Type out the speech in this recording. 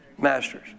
masters